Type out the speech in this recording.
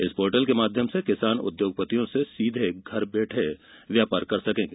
इस पोर्टल के माध्यम से किसान उद्योगपतियों से घर बैठे सीधे व्यापार कर सकेंगे